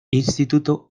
instituto